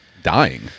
dying